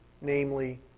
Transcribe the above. namely